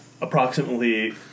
approximately